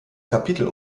kapitel